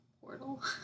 portal